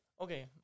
okay